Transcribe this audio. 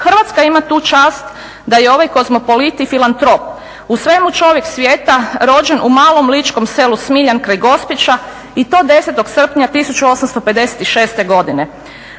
Hrvatska ima tu čast da je ovaj kozmopolit i filantrop u svemu čovjek svijeta, rođen u malom ličkom selu Smiljan kraj Gospića i to 10. srpnja 1856. godine.